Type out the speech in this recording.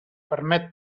permet